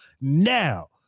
now